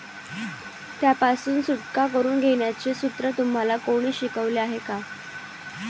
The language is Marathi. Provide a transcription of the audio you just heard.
त्यापासून सुटका करून घेण्याचे सूत्र तुम्हाला कोणी शिकवले आहे का?